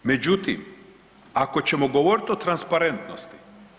Međutim, ako ćemo govoriti o transparentnosti.